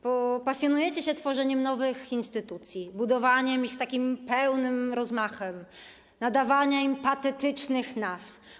Pasjonujecie się tworzeniem nowych instytucji, budowaniem ich z pełnym rozmachem, nadawaniem im patetycznych nazw.